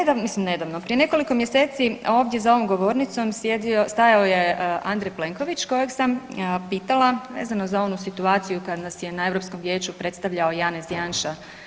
Nedavno, mislim nedavno, prije nekoliko mjeseci ovdje za ovom govornicom stajao je Andrej Plenković kojeg sam pitala vezano za onu situaciju kada nas je na Europskom vijeću predstavljao Janez Janša.